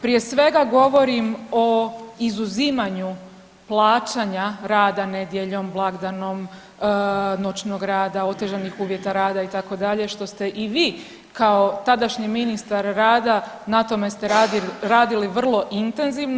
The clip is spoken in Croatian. Prije svega govorim o izuzimanju plaćanja rada nedjeljom, blagdanom, noćnog rada, otežanih uvjeta rada itd. što ste i vi kao tadašnji ministar rada na tome ste radili vrlo intenzivno.